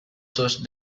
sus